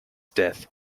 death